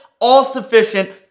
all-sufficient